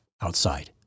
outside